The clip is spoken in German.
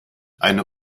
eine